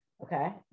okay